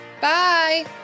bye